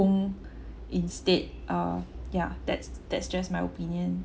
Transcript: instead uh yeah that's that's just my opinion